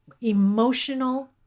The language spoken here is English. Emotional